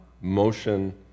motion